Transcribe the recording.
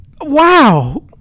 Wow